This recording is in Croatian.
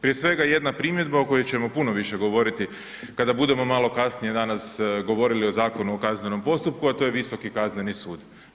Prije svega jedna primjedba o kojoj ćemo puno više govoriti kada budemo malo kasnije danas govorili o Zakonu o kaznenom postupku, a to je Visoki kazneni sud.